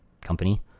company